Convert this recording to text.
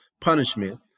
punishment